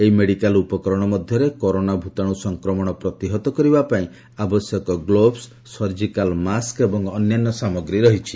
ଏହି ମେଡ଼ିକାଲ ଉପକରଣ ମଧ୍ୟରେ କରୋନା ଭ୍ତାଣୁ ସଂକ୍ରମଣ ପ୍ରତିହତ କରିବା ପାଇଁ ଆବଶ୍ୟକ ଗ୍ଲୋବ୍ସ ସର୍ଜିକାଲ୍ ମାସ୍କ ଏବଂ ଅନ୍ୟାନ୍ୟ ସାମଗ୍ରୀ ରହିଛି